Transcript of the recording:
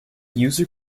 user